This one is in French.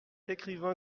écrivain